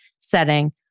setting